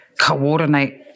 coordinate